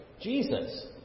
Jesus